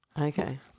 Okay